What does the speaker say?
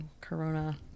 Corona